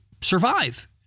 survive